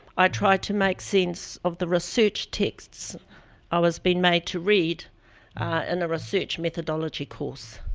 i tried to make sense of the research texts i was being made to read in a research methodology course.